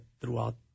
throughout